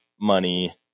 money